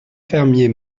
fermier